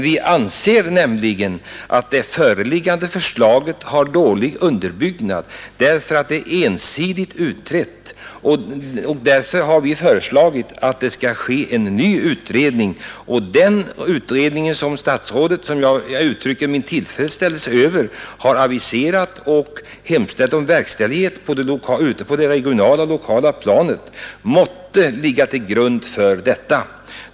Vi anser bara att det föreliggande förslaget är dåligt underbyggt därför att frågan blivit ensidigt utredd. Av den anledningen har vi föreslagit en ny utredning. Den regionala utredningen, även lokal, hoppas jag mycket av, och jag hoppas att den måtte ligga till grund för den avsedda utredningen.